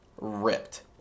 ripped